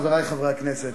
חברי חברי הכנסת,